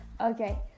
Okay